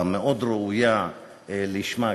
המאוד ראויה לשמה,